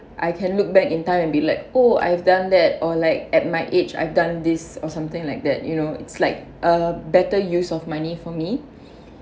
I can look back in time and be like oh I've done that or like at my age I've done this or something like that you know it's like a better use of money for me